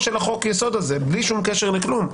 של חוק-היסוד הזה בלי שום קשר לכלום.